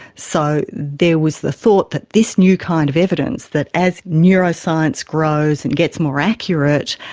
so there was the thought that this new kind of evidence, that as neuroscience grows and gets more accurate,